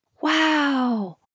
Wow